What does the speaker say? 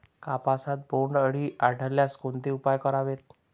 कापसात बोंडअळी आढळल्यास कोणते उपाय करावेत?